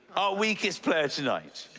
weakest player tonight.